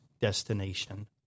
destination